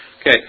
Okay